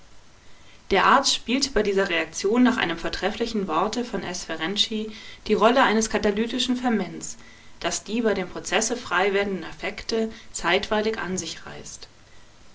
der arzt spielt bei dieser reaktion nach einem vortrefflichen worte von s ferenczi die rolle eines katalytischen ferments das die bei dem prozesse frei werdenden affekte zeitweilig an sich reißt